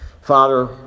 Father